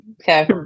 Okay